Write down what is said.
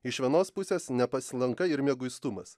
iš vienos pusės nepasilanka ir mieguistumas